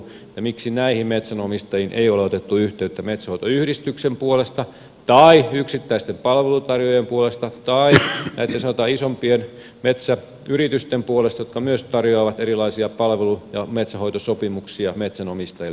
miksi näihin metsänomistajiin ei ole otettu yhteyttä metsänhoitoyhdistyksen puolesta tai yksittäisten palveluntarjoa jien puolesta tai näitten sanotaan isompien metsäyritysten puolesta jotka myös tarjoavat erilaisia palvelu ja metsänhoitosopimuksia metsänomistajille